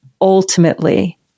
ultimately